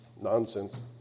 nonsense